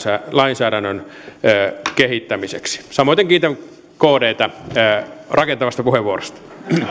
lainsäädännön kehittämiseksi samoiten kiitän kdtä rakentavasta puheenvuorosta